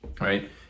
right